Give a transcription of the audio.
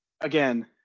again